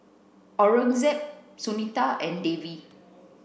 Aurangzeb Sunita and Devi